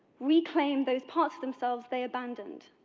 we claim those parts of themselves they abandoned.